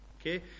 Okay